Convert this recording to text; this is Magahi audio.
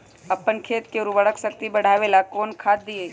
अपन खेत के उर्वरक शक्ति बढावेला कौन खाद दीये?